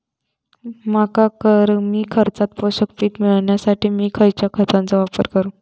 मका कमी खर्चात पोषक पीक मिळण्यासाठी मी खैयच्या खतांचो वापर करू?